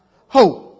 hope